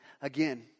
again